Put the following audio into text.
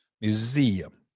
museum